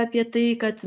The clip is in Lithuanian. apie tai kad